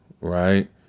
right